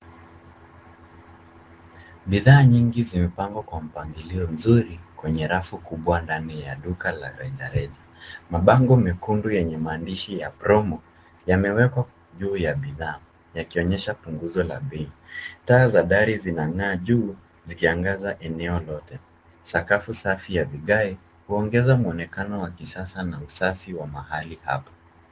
Bidhaa nyingi zimepangwa kwa mpangilio nzuri kwenye rafu kubwa ndani ya duka la rejareja. Mabango mekundu yenye maandishi ya promo yamewekwa juu ya bidhaa yakionyesha punguzo la bei. Taa za dari zinang'aa juu zikiangaza eneo lote. Sakafu safi ya vigae huongeza mwonekano wa kisasa na usafi wa mahali hapa.